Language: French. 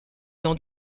dans